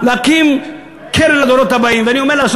חס